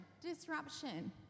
disruption